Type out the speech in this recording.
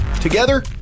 Together